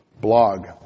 blog